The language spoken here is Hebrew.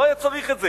לא היה צריך את זה.